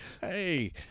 Hey